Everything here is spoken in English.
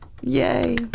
yay